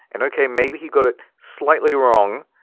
and okay, maybe he got it slightly wrong.